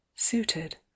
suited